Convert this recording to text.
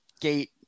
gate